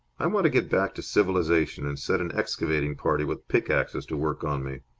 i want to get back to civilization and set an excavating party with pickaxes to work on me.